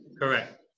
Correct